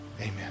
Amen